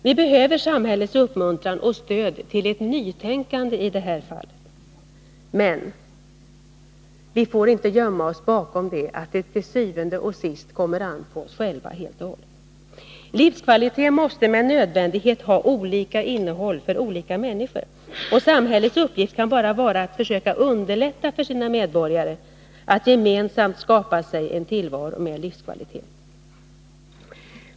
Vi behöver samhällets uppmuntran och stöd till ett nytänkande i det här fallet, men vi får inte gömma oss och glömma bort att det til syvende og sidst kommer an på oss själva helt och hållet. Livskvalitet måste med nödvändighet ha olika innehåll för olika människor. Samhällets uppgift kan bara vara att försöka underlätta för sina medborgare att gemensamt skapa sig en tillvaro med livskvalitet.